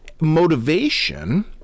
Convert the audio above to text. motivation